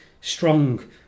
strong